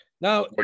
now